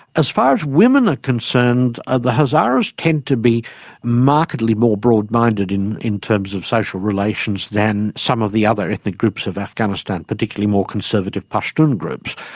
as far as women are concerned, the hazaras tend to be markedly more broadminded in in terms of social relations than some of the other ethnic groups of afghanistan, particularly more conservative pashtun groups,